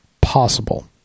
possible